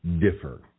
differ